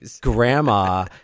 grandma